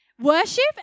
Worship